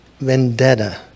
vendetta